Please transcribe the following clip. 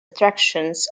attractions